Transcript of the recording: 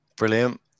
Brilliant